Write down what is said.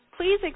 Please